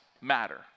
matter